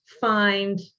find